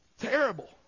Terrible